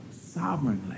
sovereignly